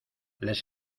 les